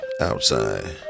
outside